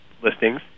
listings